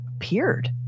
appeared